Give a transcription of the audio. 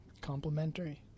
Complementary